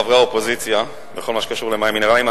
האופוזיציה בכל מה שקשור למים מינרליים.